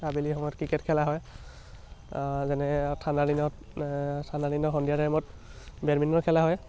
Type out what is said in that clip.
আবেলি সময়ত ক্ৰিকেট খেলা হয় যেনে ঠাণ্ডা দিনত ঠাণ্ডা দিনৰ সন্ধিয়া টাইমত বেডমিণ্টন খেলা হয়